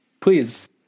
Please